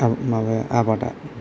माबाया आबादा